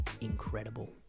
incredible